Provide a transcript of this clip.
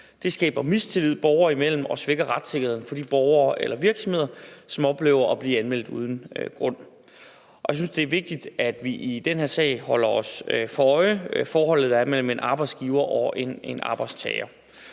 Det skaber mistillid borgerne imellem, og det svækker retssikkerheden for de borgere eller virksomheder, som oplever at blive anmeldt uden grund. Jeg synes, det er vigtigt, at vi i den her sag holder os for øje, at forholdet er mellem en arbejdsgiver og en arbejdstager.